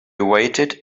waited